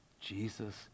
Jesus